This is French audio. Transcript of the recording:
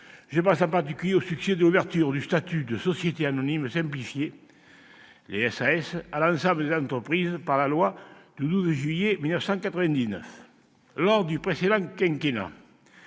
je pense en particulier au succès de l'ouverture du statut de société anonyme simplifiée- les SAS -à l'ensemble des entreprises par la loi du 12 juillet 1999. Lors du précédent quinquennat,